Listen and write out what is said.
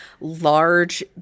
large